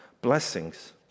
Blessings